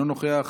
אינו נוכח,